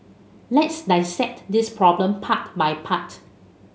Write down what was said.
let's dissect this problem part by part